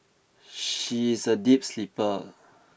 she is a deep sleeper